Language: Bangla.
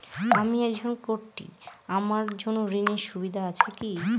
আমি একজন কট্টি আমার জন্য ঋণের সুবিধা আছে কি?